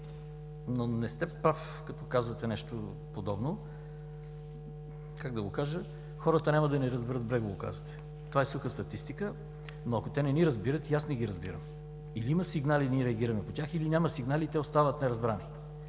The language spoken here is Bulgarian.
Но не сте прав, като казвате нещо подобно. Как да го кажа? „Хората няма да ни разберат в Брегово, казвате. Това е суха статистика“. Ако те не ни разбират, и аз не ги разбирам. Или има сигнали и ние реагираме по тях, или няма сигнали и те остават неразбрани.